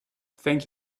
thank